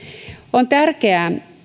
on tärkeää